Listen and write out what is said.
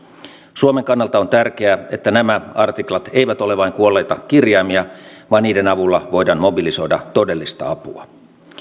suomen kannalta on tärkeää että nämä artiklat eivät ole vain kuolleita kirjaimia vaan niiden avulla voidaan mobilisoida todellista apua